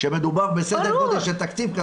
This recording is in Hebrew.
כשמדובר בסדר גודל של תקציב כזה,